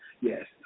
yes